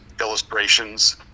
illustrations